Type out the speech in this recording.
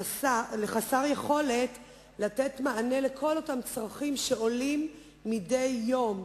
לחסר יכולת לתת מענה על כל אותם צרכים שעולים מדי יום.